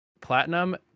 platinum